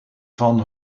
van